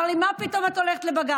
הוא אמר לי: מה פתאום את הולכת לבג"ץ?